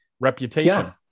reputation